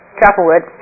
Chapelwood